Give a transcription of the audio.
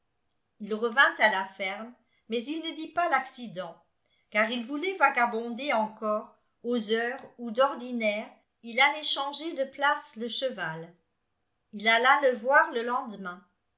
ii revint à la ferme mais il ne dit pas l'accident car il voulait vagabonder encore aux heures où d'ordinaire il allait changer de place le cheval h alla le voir le lendemain